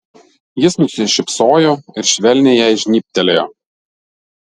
jis nusišypsojo ir švelniai jai žnybtelėjo